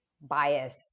bias